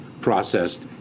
processed